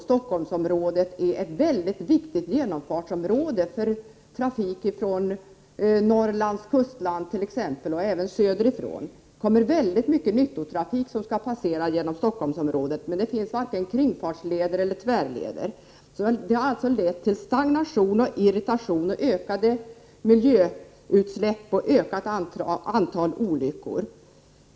Stockholmsområdet är ett viktigt genomfartsområde för trafik. Från Norrlands kustland och även söderifrån kommer mycken nyttotrafik som skall passera Stockholmsområdet, men varken kringfartsleder eller tvärleder finns. Det leder till stagnation och irritation, ökade utsläpp som förstör miljön och ett ökat antal olyckor.